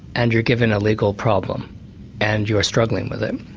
and you're given a legal problem and you're struggling with it,